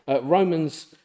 Romans